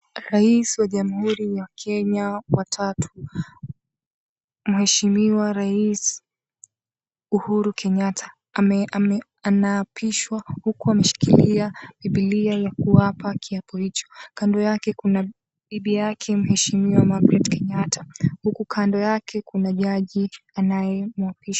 Rais wa Jamhuri ya Kenya wa tatu Mheshimiwa Rais Uhuru Kenyatta anaapishwa huku ameshikilia biblia ya kuapa kiapo hicho. Kando yake kuna bibi yake Mheshimiwa Margaret Kenyatta huku kando yake kuna jaji anayemuapisha.